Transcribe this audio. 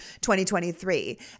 2023